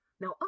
Now